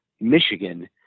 Michigan